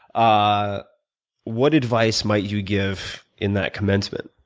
ah what advice might you give in that commencement?